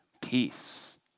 Peace